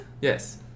Yes